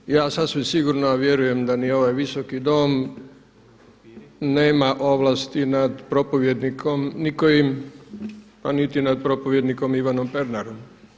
Naime, ja sasvim sigurno vjerujem da ni ovaj visoki Dom nema ovlasti nad propovjednikom nikojim pa niti nad propovjednikom Ivanom Pernarom.